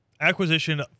acquisition